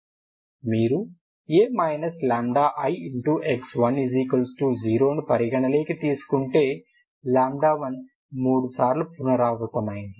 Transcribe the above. మీరు A 1IX10 ని పరిగణనలోకి తీసుకుంటే 1 మూడుసార్లు పపునరావృతయింది